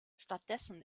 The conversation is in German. stattdessen